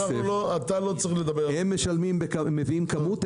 הם מביאים כמות.